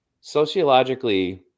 sociologically